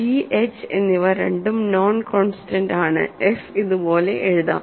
g h എന്നിവ രണ്ടും non constant ആണ്എഫ് ഇതുപോലെ എഴുതാം